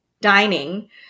dining